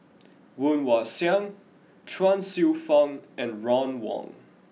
Woon Wah Siang Chuang Hsueh Fang and Ron Wong